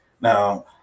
now